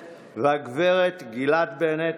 והגברת גילת בנט,